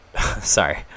sorry